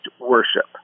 worship